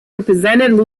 represented